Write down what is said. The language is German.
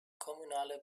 kommunaler